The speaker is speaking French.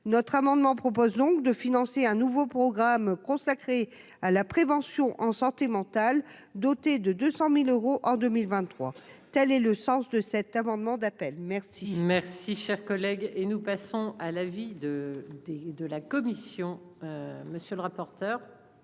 notre amendement proposant de financer un nouveau programme consacré à la prévention en santé mentale, doté de 200000 euros en 2023, telle est le sens de cet amendement d'appel. Si merci, cher collègue et nous passons à la vie de des de la commission, monsieur le rapporteur